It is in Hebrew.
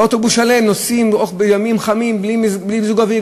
ואוטובוס שלם נוסע בימים חמים בלי מיזוג אוויר,